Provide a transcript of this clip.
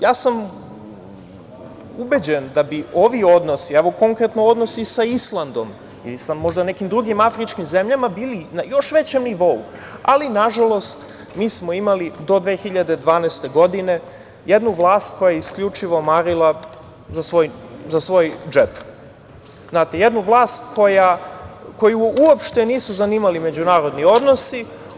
Ja sam ubeđen da bi ovi odnosi, konkretno odnosi sa Islandom i sa možda nekim drugim afričkim zemljama bili na još većem nivou, ali, nažalost, mi smo imali do 2012. godine jednu vlast koja je isključivo marila za svoj džep, jednu vlast koju uopšte nisu zanimali međunarodni odnosi.